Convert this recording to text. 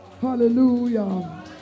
Hallelujah